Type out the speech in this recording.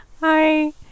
hi